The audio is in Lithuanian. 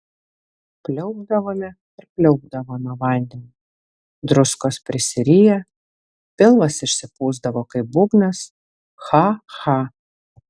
pliaupdavome ir pliaupdavome vandenį druskos prisiriję pilvas išsipūsdavo kaip būgnas cha cha